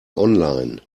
online